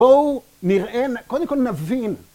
בואו נראה, קודם כל נבין.